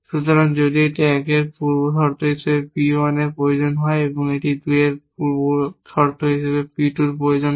সুতরাং যদি একটি 1 এর পূর্বশর্ত হিসাবে P 1 প্রয়োজন হয় এবং একটি 2 এর পূর্বশর্ত হিসাবে P 2 প্রয়োজন হয়